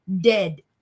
dead